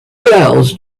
girls